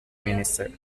minister